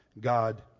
God